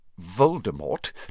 Voldemort